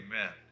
Amen